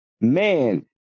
man